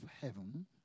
heaven